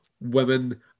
women